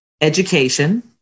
education